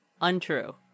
Untrue